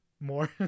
more